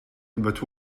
but